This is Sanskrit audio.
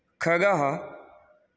खगः